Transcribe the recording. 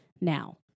now